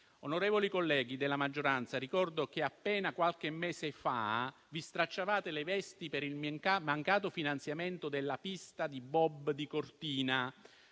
Onorevoli colleghi della maggioranza, ricordo che appena qualche mese fa vi stracciavate le vesti per il mancato finanziamento della pista di bob di Cortina.